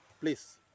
Please